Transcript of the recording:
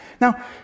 Now